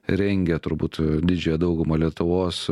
rengė turbūt didžiąją daugumą lietuvos